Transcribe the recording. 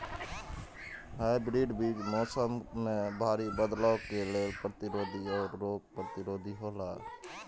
hybrid बीज मौसम में भारी बदलाव के लेल प्रतिरोधी और रोग प्रतिरोधी हौला